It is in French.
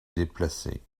déplacées